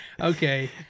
okay